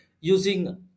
using